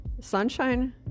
Sunshine